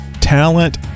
Talent